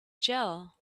jell